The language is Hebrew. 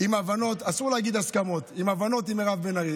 עם הבנות, אסור להגיד הסכמות, עם מירב בן ארי.